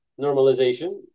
normalization